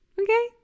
Okay